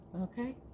Okay